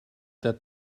that